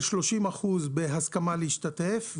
על 30% שהביעו הסכמה להשתתף,